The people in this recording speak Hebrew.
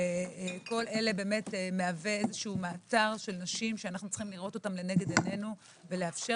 כל אלה מהווה מאגר נשים שאנו צריכים לראותן לנגד עיינו ולאפשר